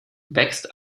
wächst